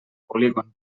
polígon